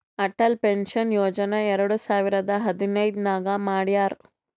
Atal pension Yojana ಎರಡು ಸಾವಿರದ ಹದಿನೈದ್ ನಾಗ್ ಮಾಡ್ಯಾರ್